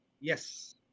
Yes